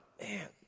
man